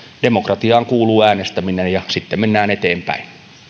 demokratiaan kuuluu äänestäminen ja sitten mennään eteenpäin